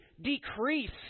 decrease